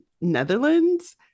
netherlands